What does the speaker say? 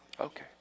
Okay